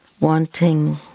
wanting